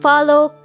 follow